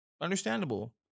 Understandable